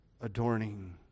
adorning